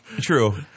True